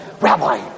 Rabbi